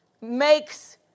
makes